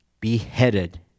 beheaded